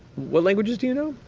what languages do you know?